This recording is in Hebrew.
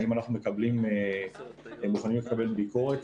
האם אנחנו מוכנים לקבל ביקורת,